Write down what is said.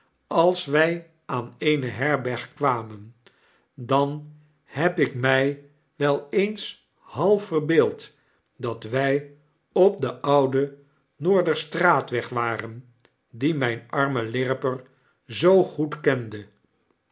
waarschuwen alswij aan eene herberg kwamen dan heb ik mij wel eens half verbeeld dat wjj op den ouden noorderstraatweg waren dien mijn armelirriper zoo goed kende